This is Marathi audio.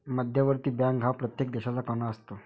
मध्यवर्ती बँक हा प्रत्येक देशाचा कणा असतो